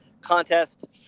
contest